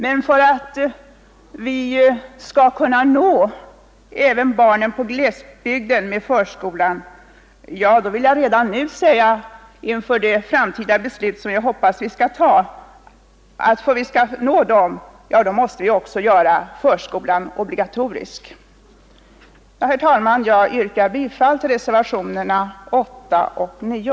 Men för att vi skall kunna nå även glesbygdens barn med förskolan måste vi — det vill jag redan nu säga inför det framtida beslut som vi skall ta — göra förskolan obligatorisk. Herr talman! Jag yrkar bifall till reservationerna 8 och 9.